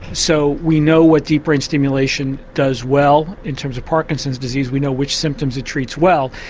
so we know what deep brain stimulation does well in terms of parkinson's disease, we know which symptoms it treats well.